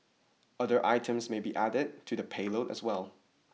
other items may be added to the payload as well